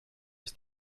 ist